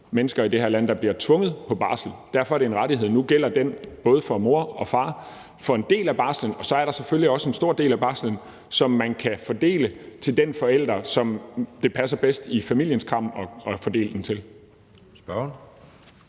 mennesker i det her land, der bliver tvunget på barsel. Derfor er det en rettighed, og nu gælder den både for mor og far for en del af barslen, og så er der selvfølgelig også en stor del af barslen, som man kan fordele til den forælder, som det passer bedst i familiens kram at fordele den til.